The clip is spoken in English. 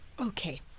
Okay